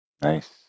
Nice